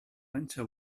panxa